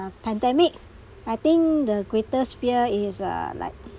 pandemic I think the greatest fear is uh like